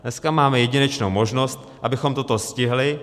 Dneska máme jedinečnou možnost, abychom toto stihli.